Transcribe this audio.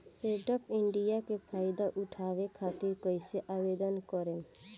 Stand up India के फाइदा उठाओ खातिर कईसे आवेदन करेम?